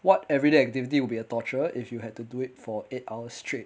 what everyday activity would be a torture if you had to do it for eight hour straight